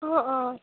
অঁ অঁ